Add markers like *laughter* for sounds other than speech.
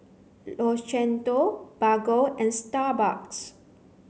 *unintelligible* Bargo and Starbucks